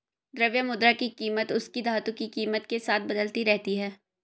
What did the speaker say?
द्रव्य मुद्रा की कीमत उसकी धातु की कीमत के साथ बदलती रहती है